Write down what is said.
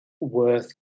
worth